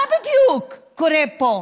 מה בדיוק קורה פה?